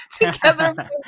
Together